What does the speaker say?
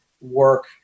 work